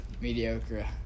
mediocre